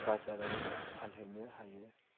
बाजाराव फानहैनो हायो